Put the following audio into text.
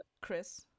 Chris